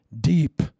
deep